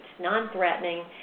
non-threatening